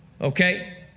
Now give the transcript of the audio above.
Okay